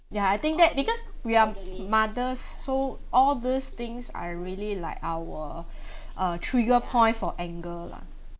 ya I think that because we are mothers so all these things are really like our uh trigger point for anger lah